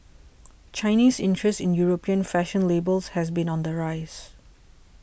Chinese interest in European fashion labels has been on the rise